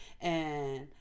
and-